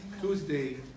Tuesday